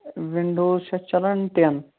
Windows چھُ اَتھ چلان ٹیٚن